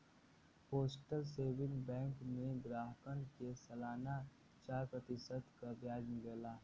postal saving bank में ग्राहकन के सलाना चार प्रतिशत क ब्याज मिलला